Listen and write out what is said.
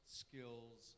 skills